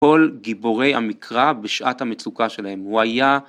כל גיבורי המקרא בשעת המצוקה שלהם הוא היה